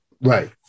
right